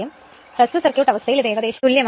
അതിനാൽ ഹ്രസ്വ പരിവാഹം അവസ്ഥയിൽ ഇത് ഏകദേശം തുല്യമാണ്